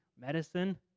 medicine